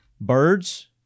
birds